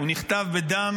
הוא נכתב בדם